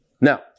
Now